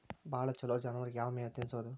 ಭಾಳ ಛಲೋ ಜಾನುವಾರಕ್ ಯಾವ್ ಮೇವ್ ತಿನ್ನಸೋದು?